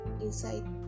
inside